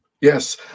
yes